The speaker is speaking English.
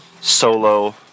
solo